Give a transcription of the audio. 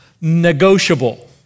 negotiable